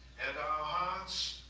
and our hearts,